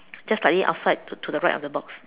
just slightly outside to to the right of the box